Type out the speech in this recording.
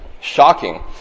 shocking